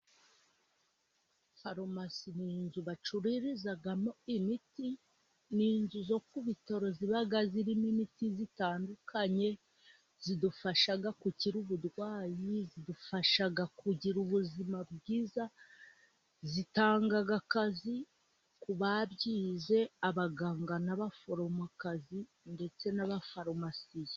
Farumasi ni inzu bacururizamo imiti, ni inzu zo ku bitaro ziba zirimo imiti itandukanye, idufasha gukira uburwayi, zidufasha kugira ubuzima bwiza, zitanga akazi ku babyize, abaganga n'abaforomokazi, ndetse n'abafarumasiyo.